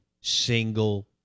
single